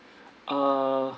uh